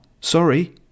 sorry